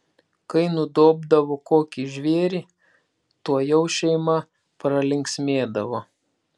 kai nudobdavo kokį žvėrį tuojau šeima pralinksmėdavo